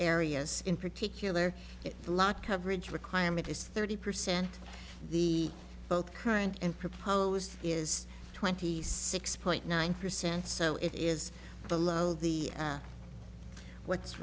areas in particular block coverage requirement is thirty percent the both current and proposed is twenty six point nine percent so it is below the what's